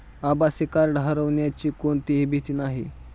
आभासी कार्ड हरवण्याची कोणतीही भीती नाही